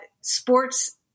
sports